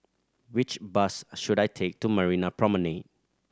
which bus should I take to Marina Promenade